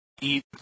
eat